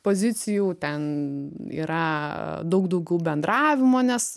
pozicijų ten yra daug daugiau bendravimo nes